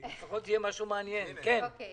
צריך להוסיף את העניין הזה עם כל הפרוצדורה